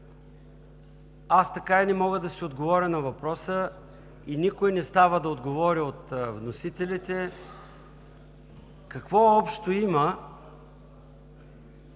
Аз така и не мога да си отговоря на въпроса, а и никой не става да отговори от вносителите – какво общо има